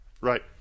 right